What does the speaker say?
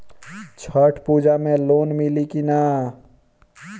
छठ पूजा मे लोन मिली की ना?